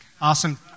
Awesome